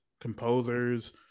composers